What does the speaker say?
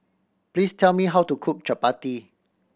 please tell me how to cook chappati